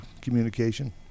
communication